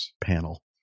panel